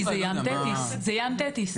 זה ים תטיס.